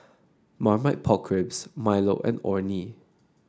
Marmite Pork Ribs Milo and Orh Nee